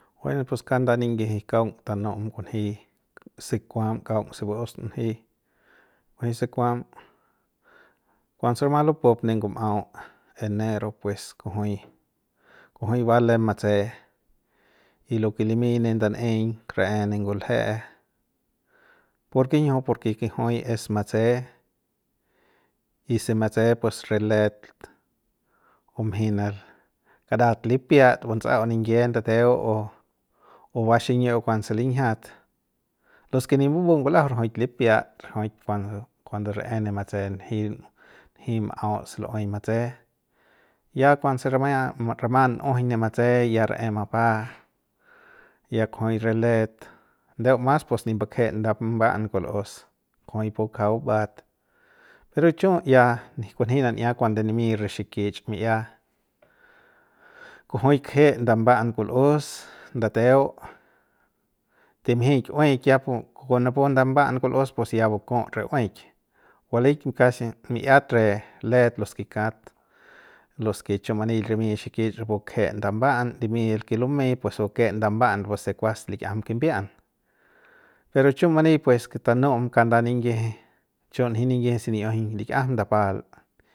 Bueno pues kanda niyiji kaung tanu'um kunji se kuam kaung se va'us nji kunji se kuam kuanse rama lupup ne ngum'au enero pues kujui kujui va lem matse y lo ke limy re ndanꞌeiñ ra'e ne ngulje'e ¿por kinjiu? Porke kujui es matse y se matse pus re let bunjey karat lipiat bantsa'au niyie ndateu o o baxiñi'iu kuanse linjiat los ke nip mbubu ngul'ajau rajuik lipiat rajuk kua kuando rae ne matse'e nji nji m'au se lu'uey matse ya kuanse ramia rama n'ujuñ ne matse ya ra'e mapa ya kujuy re let ndeu mas pues nip mbak'je ndamba'an kul'us kujui pubakja bubat de chiu ya nji kunji nan'iat kuande nimy re xiki'ish mi'ia kujui kje ndaban kul'us ndateu timjik hueik kupu napu ndamba'an kul'us pus ya vakut re hueik valik kase bi'iat re let los ke kat los ke chu many limy xiki'ish rapu kje ndaban limy el ke lumey pues bake ndaban rapuse kuas lik'iajam kimbia'an pero chu many pues tanu'um kanda niyiji chu nji ninyiji se ni'iujuñ lik'iajam ndapal.